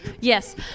Yes